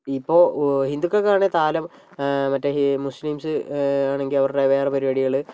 ഇപ്പോൾ ഉ ഹിന്ദുക്കൾക്കാണെങ്കിൽ താലം മറ്റേ ഹ് മുസ്ലീംസ് ആണെങ്കിൽ അവരുടെ വേറേ പരിപാടികൾ